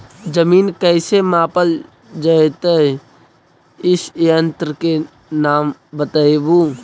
जमीन कैसे मापल जयतय इस यन्त्र के नाम बतयबु?